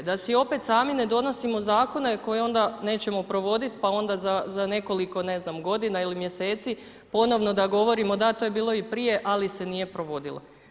Da si opet sami ne donosimo zakone koje onda nećemo provoditi, pa onda za nekoliko ne znam, godina ili mjeseci ponovno da govorimo da, to je bilo i prije, ali se nije provodilo.